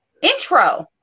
intro